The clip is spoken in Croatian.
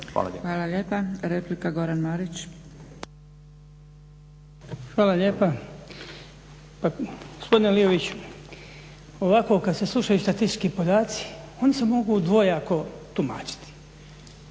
Hvala lijepa. Replika Goran Marić. **Marić, Goran (HDZ)** Hvala lijepa. Pa gospodine Liović, ovako kad se slušaju statistički podaci oni se mogu dvojako tumačiti.